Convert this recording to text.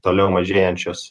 toliau mažėjančios